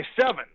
seven